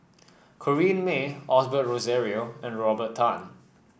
Corrinne May Osbert Rozario and Robert Tan